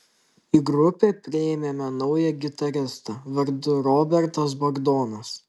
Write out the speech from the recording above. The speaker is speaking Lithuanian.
į grupę priėmėme naują gitaristą vardu robertas bagdonas